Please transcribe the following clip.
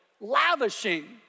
lavishing